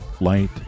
light